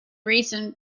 recent